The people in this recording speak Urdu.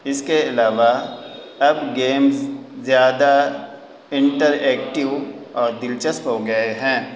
اس کے علاوہ اب گیمز زیادہ انٹر ایکٹیو اور دلچسپ ہو گئے ہیں